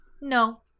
No